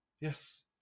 Yes